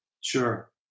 Sure